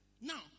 Now